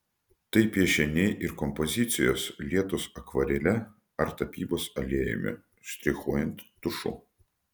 tai piešiniai ir kompozicijos lietos akvarele ar tapybos aliejumi štrichuojant tušu